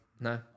No